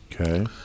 Okay